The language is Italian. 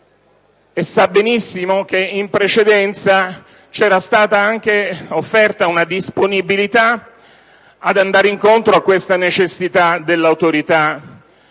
e sa benissimo che in precedenza c'era stata offerta una disponibilità ad andare incontro a questa necessità dell'Autorità,